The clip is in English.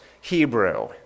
Hebrew